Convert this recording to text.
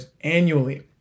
annually